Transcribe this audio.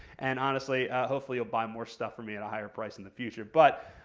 and honestly, hopefully you'll buy more stuff from me at a higher price in the future. but,